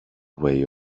way